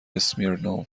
اسمیرنوو